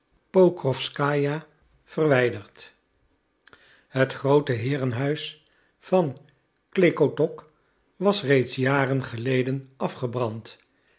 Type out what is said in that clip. pokrowskaja verwijderd het groote heerenhuis van klekotok was reeds jaren geleden afgebrand